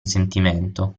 sentimento